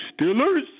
Steelers